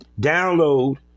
download